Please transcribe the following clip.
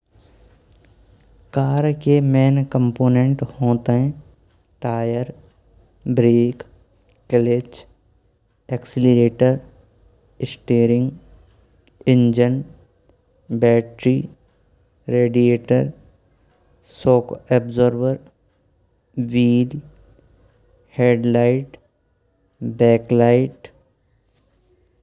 कार के main component होतायें tyre, brake, clutch, accelerator, steering, engine battery, radiator, shock absorber, wheel, headlight, backlight.